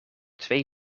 twee